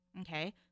okay